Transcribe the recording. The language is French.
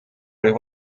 aller